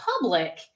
public